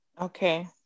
Okay